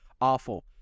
awful